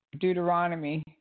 Deuteronomy